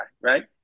right